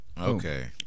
Okay